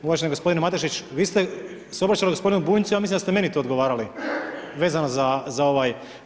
Uvaženi gospodine Matešić, vi ste se obraćali gospodinu Bunjcu, ja mislim da ste meni to odgovarali vezano za ovaj.